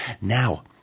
Now